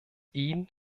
ihn